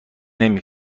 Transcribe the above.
نمی